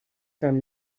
from